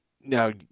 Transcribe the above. now